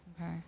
Okay